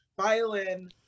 violin